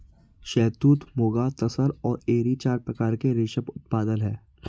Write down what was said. शहतूत, मुगा, तसर और एरी चार प्रकार के रेशम उत्पादन हैं